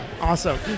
awesome